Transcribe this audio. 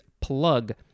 plug